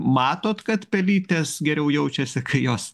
matot kad pelytės geriau jaučiasi kai jos